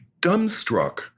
dumbstruck